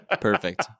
perfect